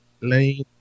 lane